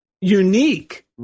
unique